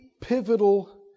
pivotal